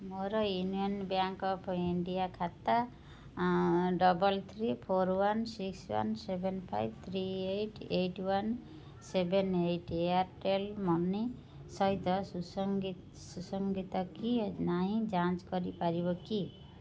ମୋର union bank of India ଖାତା double three four one six one seven five three eight eight one seven eight Airtel money ସହିତ ସୁସଙ୍ଗିତା କିଏ ନାହିଁ ଯାଞ୍ଚ କରିପାରିବ କି